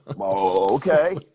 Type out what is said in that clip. okay